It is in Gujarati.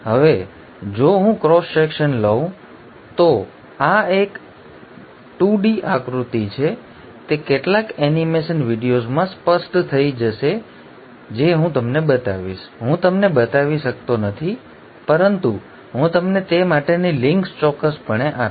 હવે જો હું ક્રોસ સેક્શન લઉં તો આ હું છું આ એક 2 D આકૃતિ છે કમનસીબે તે કેટલાક એનિમેશન વિડિઓઝમાં સ્પષ્ટ થઈ જશે જે હું તમને બતાવીશ હું તમને બતાવી શકતો નથી પરંતુ હું તમને તે માટેની લિંક્સ ચોક્કસપણે આપીશ